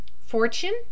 Fortune